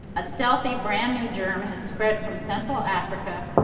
a stealthy brand new germ had spread from central africa,